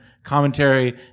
Commentary